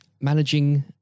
managing